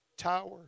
tower